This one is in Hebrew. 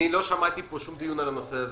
לא שמעתי פה שום דיון על הנושא הזה.